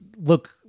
look